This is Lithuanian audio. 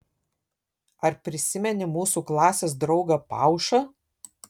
ar prisimeni mūsų klasės draugą paušą